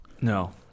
No